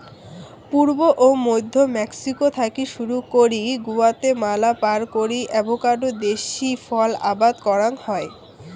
পুব ও মইধ্য মেক্সিকো থাকি শুরু করি গুয়াতেমালা পার করি অ্যাভোকাডো দেশী ফল আবাদ করাং হই